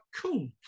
cool